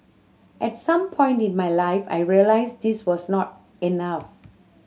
at some point in my life I realised this was not enough